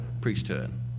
priesthood